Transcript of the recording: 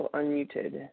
unmuted